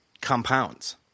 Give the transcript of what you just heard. compounds